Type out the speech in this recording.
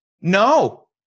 No